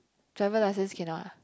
driver license cannot ah